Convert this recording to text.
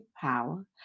power